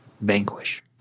vanquish